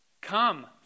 Come